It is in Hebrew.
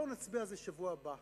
בואו ונצביע על זה בשבוע הבא